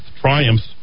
triumphs